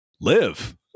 live